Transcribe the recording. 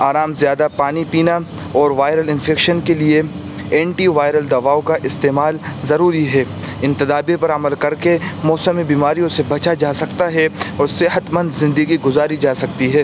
آرام زیادہ پانی پینا اور وائرل انفیکشن کے لیے اینٹی وائرل دواؤں کا استعمال ضروری ہے ان تدابیر پر عمل کر کے موسمی بیماریوں سے بچا جا سکتا ہے اور صحت مند زندگی گزاری جا سکتی ہے